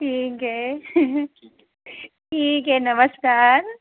ठीक है ठीक है नमस्कार